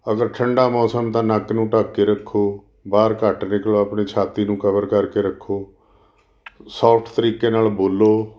ਅਗਰ ਠੰਡਾ ਮੌਸਮ ਤਾਂ ਨੱਕ ਨੂੰ ਢੱਕ ਕੇ ਰੱਖੋ ਬਾਹਰ ਘੱਟ ਨਿਕਲੋ ਆਪਣੇ ਛਾਤੀ ਨੂੰ ਕਵਰ ਕਰਕੇ ਰੱਖੋ ਸੋਫਟ ਤਰੀਕੇ ਨਾਲ ਬੋਲੋ